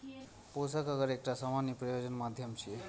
पोषक अगर एकटा सामान्य प्रयोजन माध्यम छियै